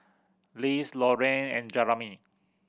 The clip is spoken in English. Les Lorraine and Jeramy